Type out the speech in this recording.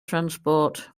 transport